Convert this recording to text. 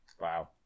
Wow